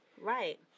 Right